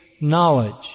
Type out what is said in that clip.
knowledge